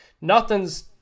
nothing's